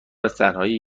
ازتنهایی